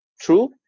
true